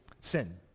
sin